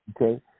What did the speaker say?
Okay